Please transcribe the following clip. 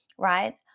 right